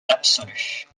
absolue